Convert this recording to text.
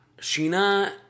Sheena